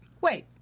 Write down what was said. wait